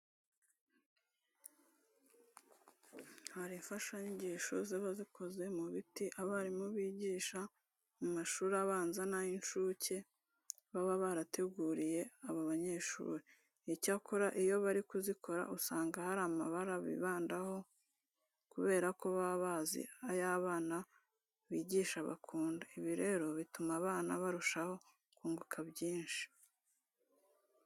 Hari imfashanyigisho ziba zikoze mu biti, abarimu bigisha mu mashuri abanza n'ay'incuke baba barateguriye aba banyeshuri. Icyakora iyo bari kuzikora usanga hari amabara bibandaho kubera ko baba bazi ayo abana bigisha bakunda. Ibi rero bituma abana barushaho kunguka byinshi.